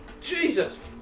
Jesus